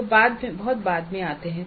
जो बहुत बाद में आते हैं